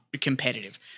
competitive